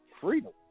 freedom